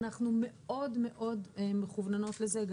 אנחנו מאוד מאוד מכווננות לזה.